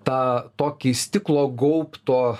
tą tokį stiklo gaubto